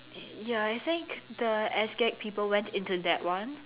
ya I think the Sgag people went into that one